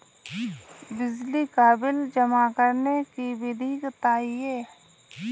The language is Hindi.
बिजली का बिल जमा करने की विधि बताइए?